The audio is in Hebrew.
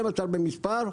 12 במספר,